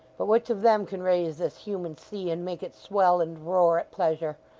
but which of them can raise this human sea and make it swell and roar at pleasure?